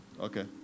Okay